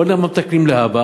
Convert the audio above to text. בוא נדבר מה מתקנים להבא.